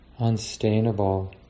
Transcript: unstainable